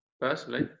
personally